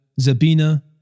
Zabina